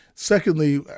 Secondly